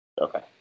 Okay